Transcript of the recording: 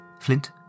Flint